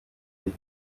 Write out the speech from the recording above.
gihe